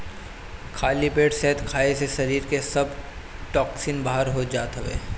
खाली पेट शहद खाए से शरीर के सब टोक्सिन बाहर हो जात हवे